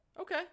Okay